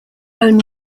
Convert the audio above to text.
own